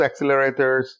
accelerators